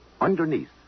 Underneath